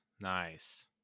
nice